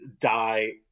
die